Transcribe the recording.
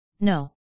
no